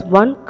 one